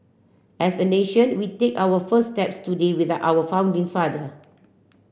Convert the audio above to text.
as a nation we take our first steps today with our founding father